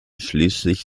schließlich